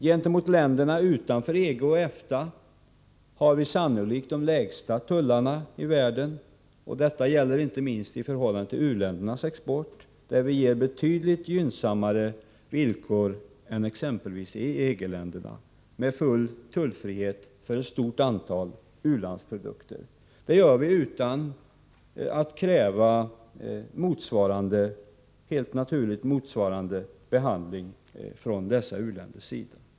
Gentemot länderna utanför EG och EFTA har vi sannolikt de lägsta tullarna i världen, och detta gäller inte minst i förhållande till u-ländernas export som vi ger betydligt gynnsammare villkor än exempelvis EG-länderna gör, med full tullfrihet för ett stort antal ulandsprodukter. Det gör. vi helt naturligt utan att kräva motsvarande behandling från dessa länders sida.